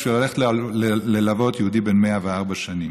בשביל ללכת ללוות יהודי בן 104 שנים.